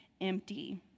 empty